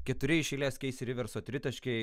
keturi iš eilės kc riverso tritaškiai